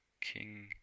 king